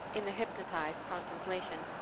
in the hypnotized contemplation,